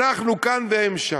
אנחנו כאן והם שם,